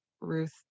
Ruth